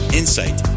insight